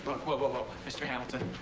whoa, but whoa. mr. hamilton.